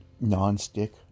non-stick